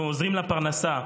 אנחנו עוזרים לפרנסה.